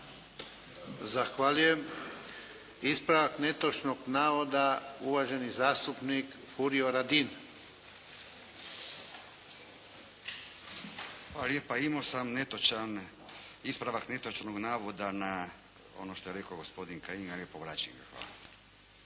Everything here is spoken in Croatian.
Zahvaljujem. Ispravak netočnog navoda uvaženi zastupnik Furio Radin. **Radin, Furio (Nezavisni)** Hvala lijepa. Imao sam ispravak netočnog navoda na ono što je rekao gospodin Kajin ali